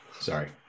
Sorry